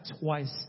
twice